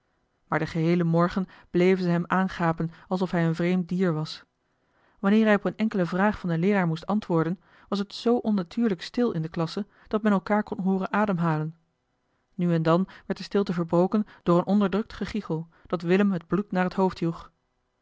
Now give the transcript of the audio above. maar den geheelen morgen bleven ze hem aangapen alsof hij een vreemd dier was wanneer hij op eene enkele vraag van den leeraar moest antwoorden was het zoo onnatuurlijk stil in de klasse dat men elkaar kon hooren ademhalen nu en dan werd de stilte verbroken door een onderdrukt gegiegel dat willem het bloed naar het hoofd joeg